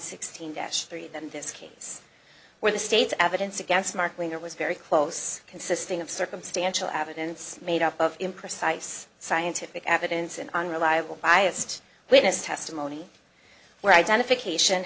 sixteen dash three of them this case where the state's evidence against mark linger was very close consisting of circumstantial evidence made up of imprecise scientific evidence and unreliable biased witness testimony where identification